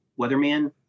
weatherman